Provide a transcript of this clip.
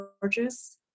gorgeous